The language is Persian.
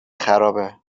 خرابه